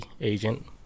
agent